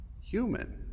Human